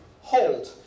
hold